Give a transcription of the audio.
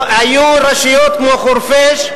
היו רשויות כמו חורפיש,